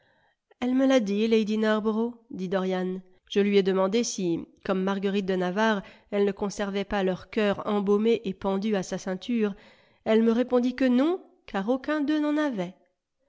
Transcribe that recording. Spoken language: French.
elle me l'a dit lady narborough dit dorian je lui ai demandé si comme marguerite de navarre elle ne conservait pas leurs coeurs embaumés et pendus à sa ceinture elle me répondit que non car aucun d'eux